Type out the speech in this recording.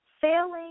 Failing